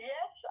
Yes